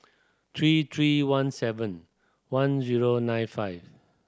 three three one seven one zero nine five